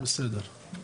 הכול בסדר.